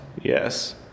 Yes